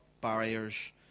barriers